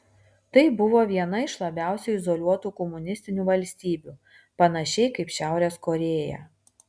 tai buvo viena iš labiausiai izoliuotų komunistinių valstybių panašiai kaip šiaurės korėja